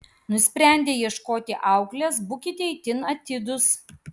nusprendę ieškoti auklės būkite itin atidūs